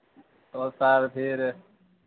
तो सर फिर